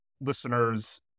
listeners